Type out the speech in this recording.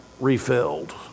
refilled